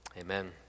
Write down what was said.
Amen